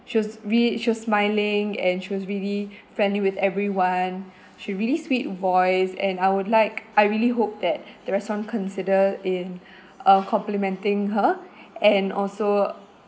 she was re~ she was smiling and she was really friendly with everyone she really sweet voice and I would like I really hope that the restaurant consider in uh complimenting her and also